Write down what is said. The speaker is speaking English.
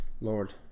Lord